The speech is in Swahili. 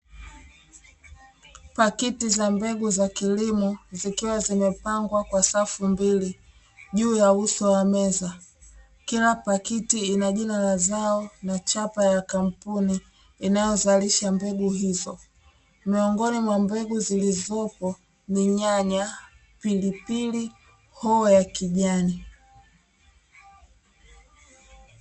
Pakiti za mbegu za kilimo, zikiwa zimepangwa kwa safu mbili juu ya uso wa meza, kila pakiti ina jina la zao na chapa ya kampuni inayozalisha mbegu hizo, miongoni mwa mbegu zilizopo ni nyanya, pilipili hoho ya kijani.